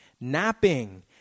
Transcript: napping